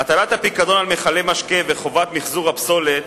הטלת הפיקדון על מכלי משקה וחובת מיחזור הפסולת